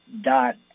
dot